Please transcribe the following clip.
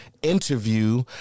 interview